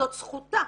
זאת זכותה.